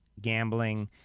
gambling